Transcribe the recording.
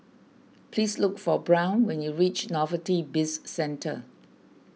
please look for Brown when you reach Novelty Bizcentre